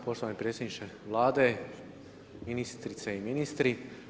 Poštovani predsjedniče Vlade, ministrice i ministri.